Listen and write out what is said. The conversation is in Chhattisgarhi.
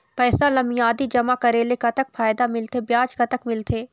पैसा ला मियादी जमा करेले, कतक फायदा मिलथे, ब्याज कतक मिलथे?